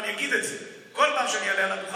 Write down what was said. ואני אגיד את זה בכל פעם שאני אעלה לדוכן,